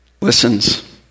Listens